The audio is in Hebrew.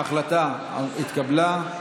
אשר על כן, ההחלטה התקבלה.